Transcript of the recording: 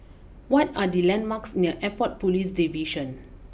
what are the landmarks near Airport police Division